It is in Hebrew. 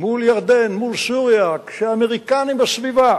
מול ירדן, מול סוריה, כשהאמריקנים בסביבה